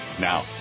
Now